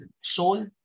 soul